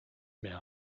mehr